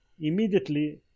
immediately